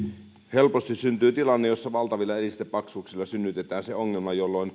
helposti syntyy tilanne jossa valtavilla eristepaksuuksilla synnytetään se ongelma jolloin